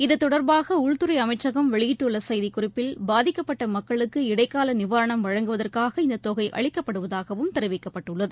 இது தொடர்பாக உள்துறை அமைச்சகம் வெளியிட்டுள்ள செய்திக்குறிப்பில் பாதிக்கப்பட்ட மக்களுக்கு இடைக்கால நிவாரணம் வழங்குவதற்காக இந்தத் தொகை அளிக்கப்படுவதாகவும் தெரிவிக்கப்பட்டு உள்ளது